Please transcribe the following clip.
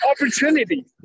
opportunity